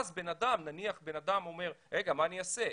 אז בן אדם אומר, רגע, מה אני אעשה?